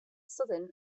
southern